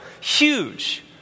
huge